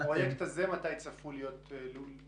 והפרויקט הזה, מתי צפוי להיות מושלם?